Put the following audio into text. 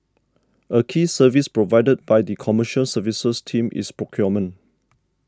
a key service provided by the Commercial Services team is procurement